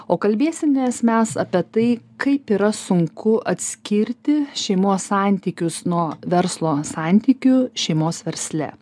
o kalbėsimės mes apie tai kaip yra sunku atskirti šeimos santykius nuo verslo santykių šeimos versle